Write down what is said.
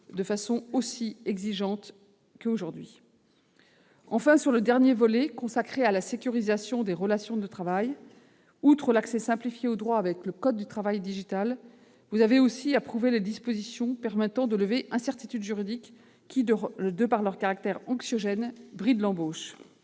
avec la même exigence qu'aujourd'hui. Enfin, sur le dernier volet, consacré à la sécurisation des relations de travail, outre l'accès simplifié au droit avec le code du travail digital, vous avez aussi approuvé les dispositions permettant de lever les incertitudes juridiques qui, de par leur caractère anxiogène, brident l'embauche.